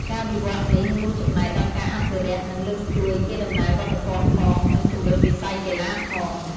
ការវិវឌ្ឍនេះរួមចំណែកដល់ការអភិរក្ស និងលើកស្ទួយកេរដំណែលវប្បធម៌ផង និងជំរុញវិស័យកីឡាផង។